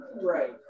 Right